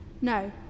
No